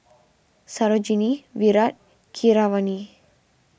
Sarojini Virat Keeravani